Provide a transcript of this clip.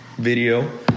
video